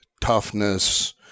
toughness